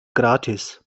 gratis